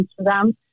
Instagram